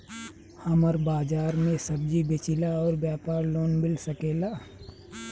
हमर बाजार मे सब्जी बेचिला और व्यापार लोन मिल सकेला?